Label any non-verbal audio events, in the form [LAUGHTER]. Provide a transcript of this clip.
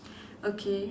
[BREATH] okay